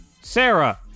Sarah